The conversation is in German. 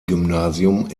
gymnasium